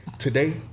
Today